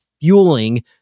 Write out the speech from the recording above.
fueling